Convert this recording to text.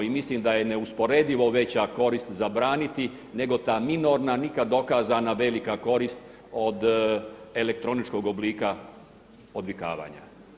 I mislim da je neusporedivo veća koristi zabraniti nego ta minorna, nikad dokazana velika korist od elektroničkog oblika odvikavanja.